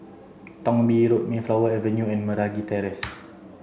Thong Bee Road Mayflower Avenue and Meragi Terrace